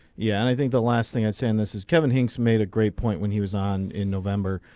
yeah and i think the last thing i send this is kevin hincks made a great point when he was on in november.